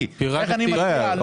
איך נצביע על צו עכשיו?